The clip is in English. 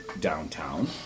downtown